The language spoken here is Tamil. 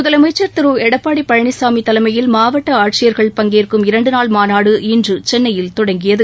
முதலமைச்சா் திரு எடப்பாடி பழனிசாமி தலைமையில் மாவட்ட ஆட்சியர்கள் பங்கேற்கும் இரண்டு நாள் மாநாடு இன்று சென்னையில் தொடங்கியது